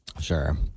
Sure